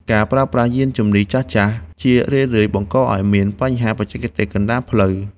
ការប្រើប្រាស់យានជំនិះចាស់ៗ ជារឿយៗបង្កឱ្យមានបញ្ហាបច្ចេកទេសកណ្ដាលផ្លូវ។